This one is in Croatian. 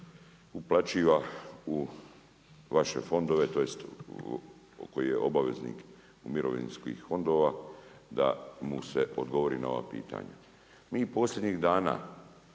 uplaćiva u vaše fondove, tj. koji je obveznik mirovinskih fondova, da mu se odgovori na ova pitanja. Mi posljednjih dana,